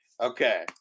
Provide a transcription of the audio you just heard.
Okay